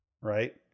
Right